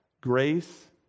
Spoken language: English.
grace